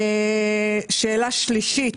שאלה שלישית,